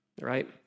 right